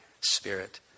spirit